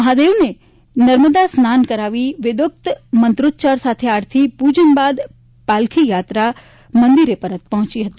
મહાદેવ તે નર્મદા સ્નાન કરાવી વેદોક્ત મંત્રોચ્ચાર સાથે આરતી પૂજન બાદ પાલખી યાત્રા મંદિરે પહોંચી હતી